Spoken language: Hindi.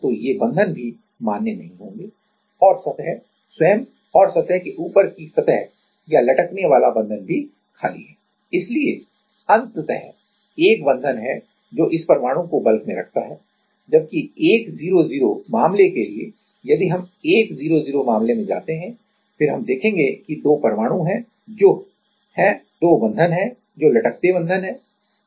तो ये बंधन भी मान्य नहीं होंगे और सतह स्वयं और सतह के ऊपर की सतह या लटकने वाला बंधन भी खाली है इसलिए अंततः 1 बंधन है जो इस परमाणु को बल्क में रखता है जबकि 1 0 0 मामले के लिए यदि हम 1 0 0 मामले में जाते हैं फिर हम देखेंगे कि दो परमाणु हैं जो हैं दो बंधन हैं जो लटकते बंधन हैं